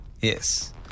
Yes